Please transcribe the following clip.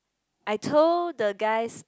I told the guys